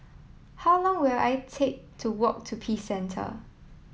how long will I take to walk to Peace Centre